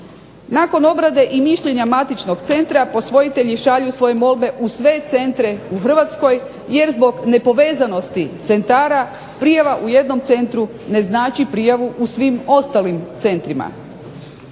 Nakon obrade i mišljenja matičnog centra posvojitelji šalju svoje molbe u sve centre u HRvatskoj, jer zbog nepovezanosti centara prijava u jednom centru ne znači prijavu u svim ostalim centrima.